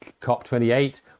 COP28